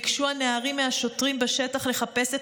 ביקשו הנערים מהשוטרים בשטח לחפש את